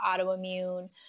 autoimmune